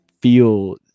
feel